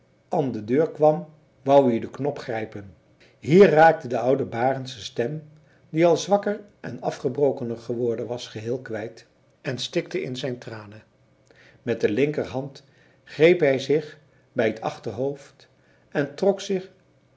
an de deur kwam wou ie de knop grijpen hier raakte de oude barend zijn stem die al zwakker en afgebrokener geworden was geheel kwijt en stikte in zijn tranen met de linkerhand greep hij zich bij t achterhoofd en trok zich